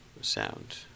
sound